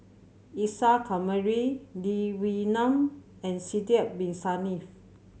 Isa Kamari Lee Wee Nam and Sidek Bin Saniff